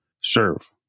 Serve